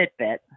Fitbit